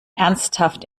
ernsthaft